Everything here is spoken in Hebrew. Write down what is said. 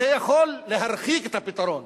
יכולים להרחיק את הפתרון